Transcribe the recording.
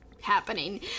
happening